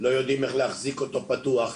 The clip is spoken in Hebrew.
שלא יודעים איך להחזיק אותו פתוח,